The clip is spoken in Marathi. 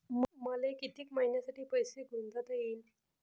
मले कितीक मईन्यासाठी पैसे गुंतवता येईन?